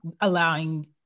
allowing